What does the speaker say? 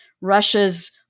Russia's